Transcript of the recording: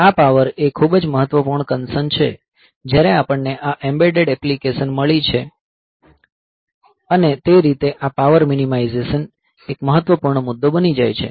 આ પાવર એ ખૂબ જ મહત્વપૂર્ણ કન્સર્ન છે જ્યારે આપણને આ એમ્બેડેડ એપ્લિકેશન્સ મળી છે અને તે રીતે આ પાવર મિનિમાઇઝેશન એક મહત્વપૂર્ણ મુદ્દો બની જાય છે